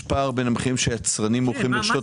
יש פער בין המחירים שהיצרנים מוכרים לרשתות